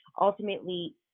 ultimately